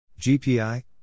GPI